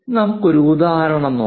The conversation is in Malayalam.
നമുക്ക് മറ്റൊരു ഉദാഹരണം നോക്കാം